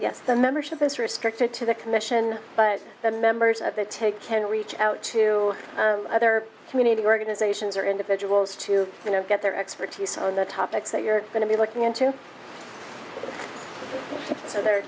yes the membership is restricted to the commission but the members of the take can reach out to other community organizations or individuals to you know get their expertise on the topics they are going to be looking into so that they're